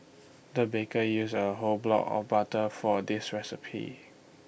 the baker used A whole block of butter for this recipe